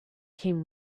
came